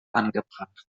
angebracht